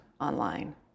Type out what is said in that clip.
online